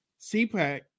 CPAC